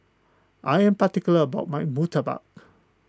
I am particular about my Murtabak